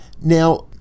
now